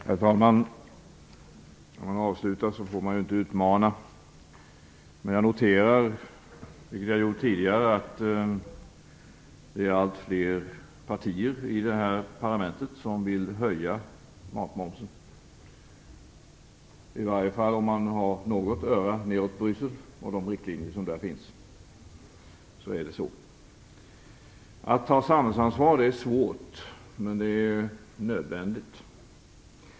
Herr talman! När debatten går mot sitt slut får man inte utmana, men jag noterar, vilket jag har gjort tidigare, att det är allt fler partier i det här parlamentet som vill höja matmomsen. Det gäller i varje fall för dem som har något öra ned mot Bryssel och de riktlinjer som där finns. Att ta samhällsansvar är svårt, men det är nödvändigt.